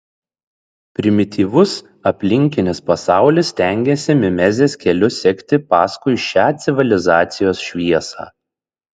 primityvus aplinkinis pasaulis stengiasi mimezės keliu sekti paskui šią civilizacijos šviesą